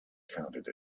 counted